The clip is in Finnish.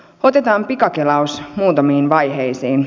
otetaan pikakelaus muutamiin vaiheisiin